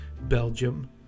Belgium